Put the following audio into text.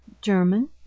German